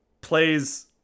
plays